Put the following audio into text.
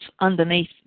underneath